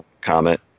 comment